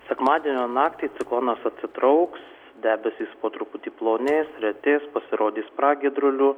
sekmadienio naktį ciklonas atsitrauks debesys po truputį plonės retės pasirodys pragiedrulių